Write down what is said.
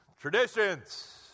Traditions